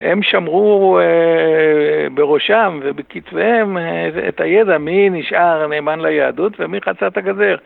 הם שמרו בראשם ובכתביהם את הידע מי נשאר נאמן ליהדות ומי חצה את הגדר.